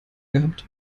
gehabt